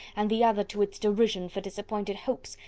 and the other to its derision for disappointed hopes,